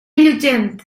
llutxent